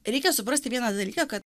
reikia suprasti vieną dalyką kad